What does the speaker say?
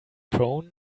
prone